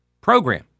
program